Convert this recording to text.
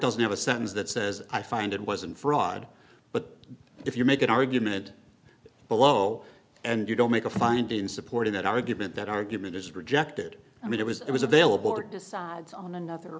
doesn't have a sentence that says i find it wasn't fraud but if you make an argument below and you don't make a finding supporting that argument that argument is rejected i mean it was it was available o